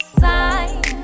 sign